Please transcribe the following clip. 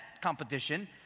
competition